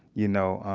you know,